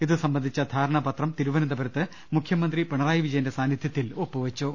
ഇത് സംബന്ധിച്ച ധാരണാപത്രം തിരുവനന്തപുരത്ത് മുഖ്യമന്ത്രി പിണറായി വിജയന്റെ സാന്നിധ്യത്തിൽ ഒപ്പുവെച്ചു